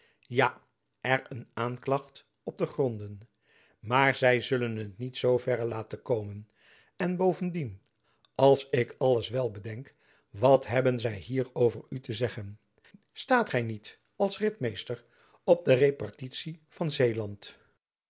ja er een aanklacht op te gronden maar zy zullen het niet zoo verre laten komen en bovendien als ik alles wel bedenk wat hebben zy hier over u te zeggen staat gy niet als ritmeester op de repartitie van zeeland